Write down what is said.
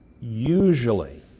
Usually